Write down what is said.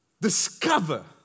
discover